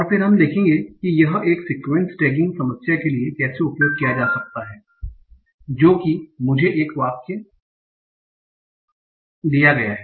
और फिर हम देखेंगे कि यह एक सीक्वेंस टैगिंग समस्या के लिए कैसे उपयोग किया जा सकता है जो कि मुझे एक वाक्य दिया गया है